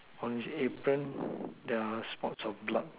on his apron there are spots of blood